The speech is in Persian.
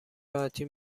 راحتی